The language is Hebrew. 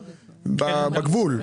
בגבול,